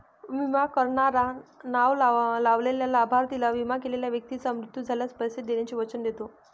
विमा करणारा नाव लावलेल्या लाभार्थीला, विमा केलेल्या व्यक्तीचा मृत्यू झाल्यास, पैसे देण्याचे वचन देतो